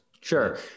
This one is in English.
Sure